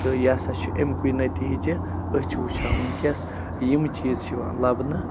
تہٕ یہِ ہَسا چھُ اَمہِ کُے نٔتیٖجہ أسۍ چھِ وُچھان وُنٛکیٚس یِم چیٖز چھِ یِوان لَبنہٕ